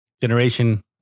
generation